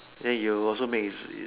ya you'll also make is